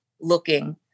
looking